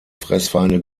fressfeinde